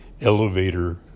elevator